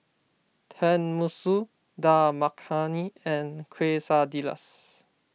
Tenmusu Dal Makhani and Quesadillas